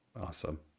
Awesome